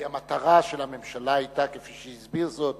כי המטרה של הממשלה היתה, כפי הסביר זאת